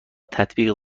تطبیق